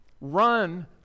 run